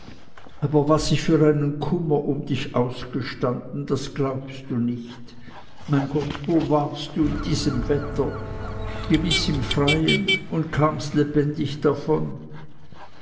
aber was ich für einen kummer um dich ausgestanden das glaubst du nicht mein gott wo warst in diesem wetter gewiß im freien und kamst lebendig davon